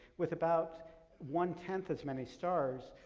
with about one-tenth as many stars,